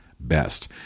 Best